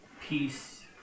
peace